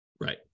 Right